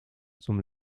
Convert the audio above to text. zum